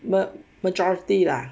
but majority lah